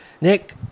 Nick